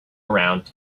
around